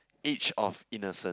each of innocent